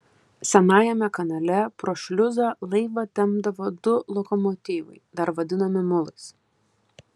senajame kanale pro šliuzą laivą tempdavo du lokomotyvai dar vadinami mulais